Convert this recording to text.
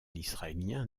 israélien